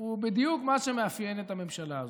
הוא בדיוק מה שמאפיין את הממשלה הזו.